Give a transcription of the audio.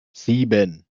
sieben